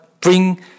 bring